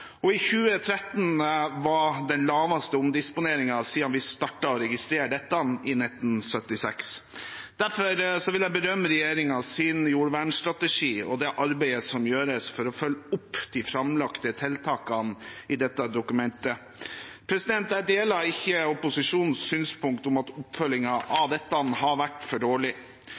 I 2013 hadde vi den laveste omdisponeringen siden vi startet å registrere dette i 1976. Derfor vil jeg berømme regjeringens jordvernstrategi og det arbeidet som gjøres for å følge opp de framlagte tiltakene i dette dokumentet. Jeg deler ikke opposisjonens synspunkt om at oppfølgingen av dette har vært for dårlig.